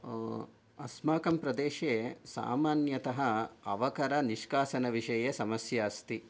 अस्माकं प्रदेशे सामान्यतः अवकरनिष्कासनविषये समस्या अस्ति